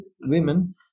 women